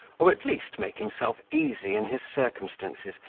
or at least make himself easy in his circumstances,